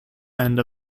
end